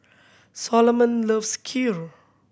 Solomon loves Kheer